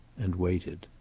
and waited.